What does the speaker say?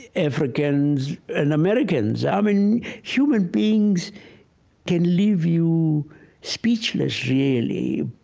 africans, and americans. um and human beings can leave you speechless, really.